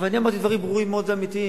אבל אני אמרתי דברים ברורים מאוד ואמיתיים.